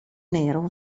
nero